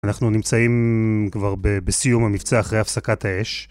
אנחנו נמצאים כבר בסיום המבצע אחרי הפסקת האש.